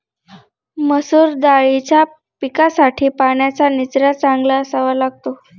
मसूर दाळीच्या पिकासाठी पाण्याचा निचरा चांगला असावा लागतो